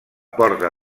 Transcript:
porta